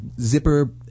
zipper